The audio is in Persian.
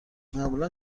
معمولا